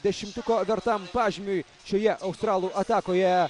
dešimtuko vertam pažymiui šioje australų atakoje